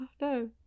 no